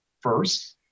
first